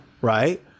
right